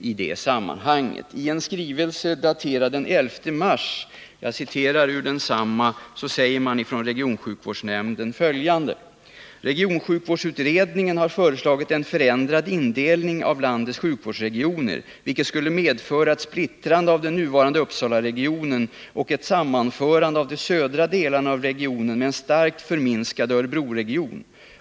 I en skrivelse, daterad den 11 mars, som jag skall citera ur, sägs följande: ”Regionsjukvårdsutredningen har föreslagit en förändrad indelning av landets sjukvårdsregioner, vilket skulle medföra ett splittrande av den nuvarande Uppsalaregionen och ett sammanförande av de södra delarna av regionen med en starkt förminskad Örebroregion.